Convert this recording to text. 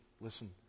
listen